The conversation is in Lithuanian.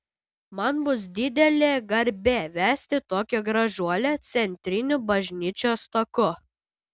man bus didelė garbė vesti tokią gražuolę centriniu bažnyčios taku